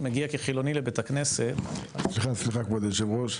מגיע כחילוני לבית הכנסת --- סליחה כבוד היו"ר,